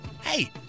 Hey